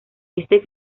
este